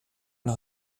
los